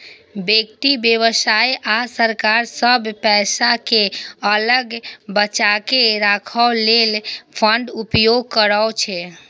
व्यक्ति, व्यवसाय आ सरकार सब पैसा कें अलग बचाके राखै लेल फंडक उपयोग करै छै